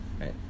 Right